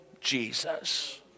Jesus